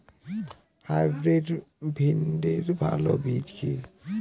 Hybrid ভিন্ডির ভালো বীজ কি?